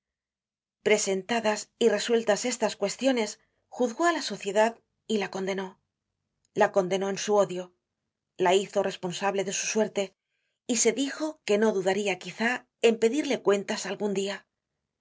presentadas y resueltas estas cuestiones juzgó á la sociedad y la condenó la condenó en su odio la hizo responsable de su suerte y se dijo que no dudaria quizá en pedirle cuentas algun dia